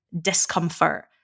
discomfort